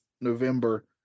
November